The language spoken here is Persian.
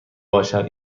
باشد